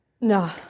No